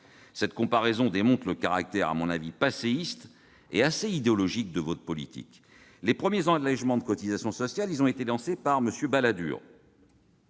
Cette comparaison démontre le caractère passéiste et assez idéologique de votre politique. Les premiers allégements de cotisations sociales ont été lancés par M. Balladur-